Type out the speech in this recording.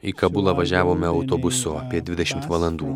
į kabulą važiavome autobusu apie dvidešimt valandų